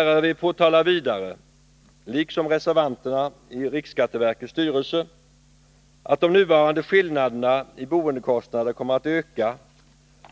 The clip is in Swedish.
RRV påtalar vidare, liksom reservanterna i riksskatteverkets styrelse, att de nuvarande skillnaderna i boendekostnader kommer att öka